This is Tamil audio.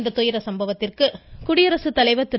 இந்த துயர சம்பவத்திற்கு குடியரசுத்தலைவா் திரு